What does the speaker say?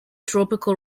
tropical